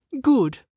Good